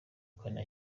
kane